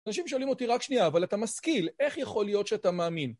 אנשים שואלים אותי, רק שנייה, אבל אתה משכיל, איך יכול להיות שאתה מאמין?